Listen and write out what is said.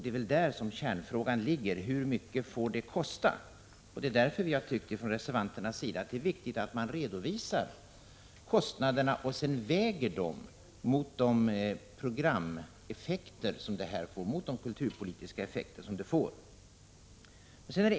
Det är alltså där som kärnfrågan ligger: Hur mycket får det kosta? Och det är därför vi från reservanternas sida har tyckt att det är viktigt att man redovisar kostnaderna och sedan väger dem mot de kulturpolitiska effekter som utlokaliseringen får.